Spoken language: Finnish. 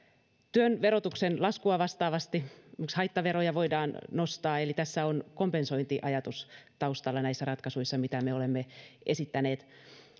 työn verotuksen laskua vastaavasti esimerkiksi haittaveroja voidaan nostaa eli on kompensointiajatus taustalla näissä ratkaisuissa mitä me olemme esittäneet